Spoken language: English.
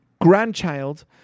grandchild